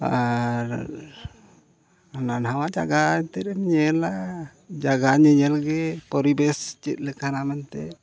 ᱟᱨ ᱦᱟᱱᱟ ᱱᱚᱣᱟ ᱡᱟᱭᱜᱟ ᱮᱱᱛᱮᱫ ᱮᱢ ᱧᱮᱞᱟ ᱡᱟᱭᱜᱟ ᱧᱮᱧᱮᱞ ᱜᱮ ᱯᱚᱨᱤᱵᱮᱥ ᱪᱮᱫ ᱞᱮᱠᱟᱱᱟ ᱢᱮᱱᱛᱮ